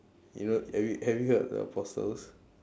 you know have you have you heard the apostles